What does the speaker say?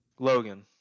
Logan